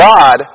God